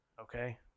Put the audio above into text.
Okay